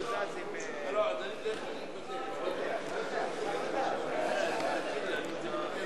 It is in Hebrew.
ההסתייגות של קבוצת סיעת קדימה וקבוצת סיעת חד"ש ושל חבר הכנסת